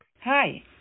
Hi